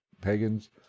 pagans